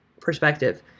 perspective